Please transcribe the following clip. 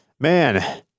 Man